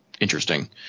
Interesting